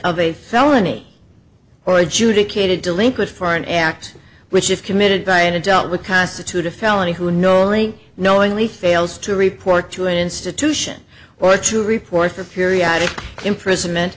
of a felony or adjudicated delinquent for an act which if committed by an adult would constitute a felony who knowingly knowingly fails to report to an institution or to report for periodic imprisonment